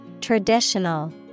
Traditional